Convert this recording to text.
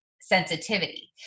sensitivity